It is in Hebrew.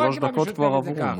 שלוש דקות כבר עברו.